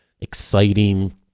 exciting